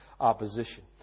opposition